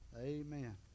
Amen